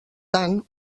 tant